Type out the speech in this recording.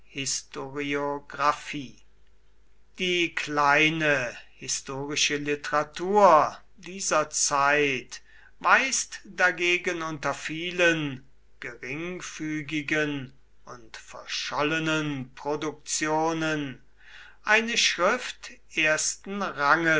historiographie die kleine historische literatur dieser zeit weist dagegen unter vielen geringfügigen und verschollenen produktionen eine schrift ersten ranges